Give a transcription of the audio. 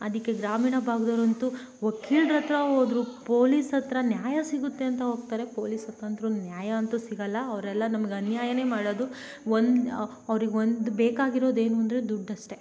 ಅದಕ್ಕೆ ಗ್ರಾಮೀಣ ಭಾಗ್ದವ್ರಂತೂ ವಕೀಲ್ರ ಹತ್ರ ಹೋದ್ರು ಪೋಲಿಸ್ ಹತ್ತಿರ ನ್ಯಾಯ ಸಿಗುತ್ತೆ ಅಂತ ಹೋಗ್ತಾರೆ ಪೋಲಿಸ್ ಹತ್ತಿರ ಅಂತೂ ನ್ಯಾಯ ಅಂತೂ ಸಿಗೋಲ್ಲ ಅವರೆಲ್ಲ ನಮ್ಗೆ ಅನ್ಯಾಯನೇ ಮಾಡೋದು ಒಂದು ಅವ್ರಿಗೆ ಒಂದು ಬೇಕಾಗಿರೋದೇನು ಅಂದರೆ ದುಡ್ಡು ಅಷ್ಟೇ